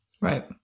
Right